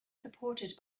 supported